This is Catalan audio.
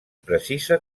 precisa